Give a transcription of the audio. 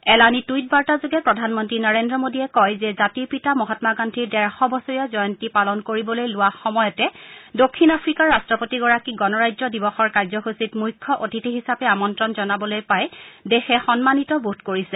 এলানি টুইট বাৰ্তাযোগে প্ৰধানমন্ত্ৰী নৰেন্দ্ৰ মোদীয়ে কয় যে জাতিৰ পিতা মহাম্মা গান্ধীৰ ডেৰশ বছৰীয়া জয়ন্তী পালন কৰিবলৈ লোৱা সময়তে দক্ষিণ আফিকাৰ ৰাট্টপতিগৰাকীক গণৰাজ্য দিৱসৰ কাৰ্যসূচীত মুখ্য অতিথি হিচাপে আমন্ত্ৰণ জনাবলৈ পাই দেশে সন্মানিত বোধ কৰিছে